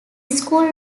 school